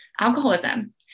alcoholism